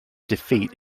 defeat